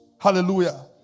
Hallelujah